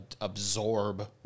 absorb